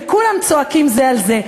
וכולם צועקים זה על זה.